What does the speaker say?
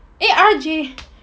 eh R_J